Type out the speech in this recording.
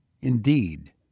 indeed